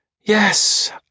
Yes